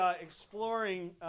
exploring